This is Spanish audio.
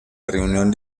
reunión